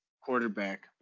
quarterback